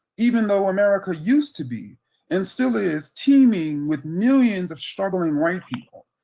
even though america used to be and still is teeming with millions of struggling right here.